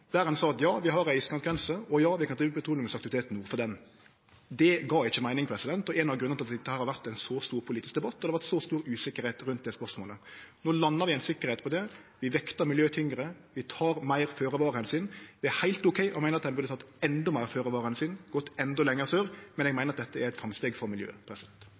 der ein sa at ja, vi har ei iskantgrense, og ja, vi kan drive med petroleumsaktivitet nord for ho. Det gav ikkje meining, og det er ein av grunnane til at dette har vore ein så stor politisk debatt, og at det har vore så stor usikkerheit rundt det spørsmålet. No landar vi ein sikkerheit om dette, vi vektar miljø tyngre, og vi tek meir føre-var-omsyn. Det er heilt ok å meine at ein burde ha teke endå meir føre-var-omsyn og gått endå lenger sør, men eg meiner at dette er eit framsteg for miljøet.